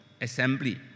assembly